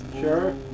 Sure